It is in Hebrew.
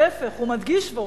להיפך, הוא מדגיש ואומר: